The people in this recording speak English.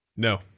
No